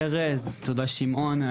ארז ושמעון,